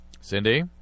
Cindy